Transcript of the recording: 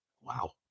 Wow